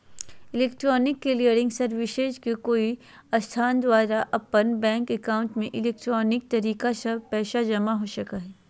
electronic clearing services में कोई संस्थान द्वारा अपन बैंक एकाउंट में इलेक्ट्रॉनिक तरीका स्व पैसा जमा हो सका हइ